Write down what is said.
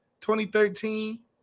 2013